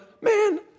Man